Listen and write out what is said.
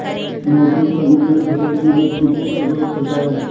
मौसम कभी कभी फसल की वृद्धि को प्रभावित करता है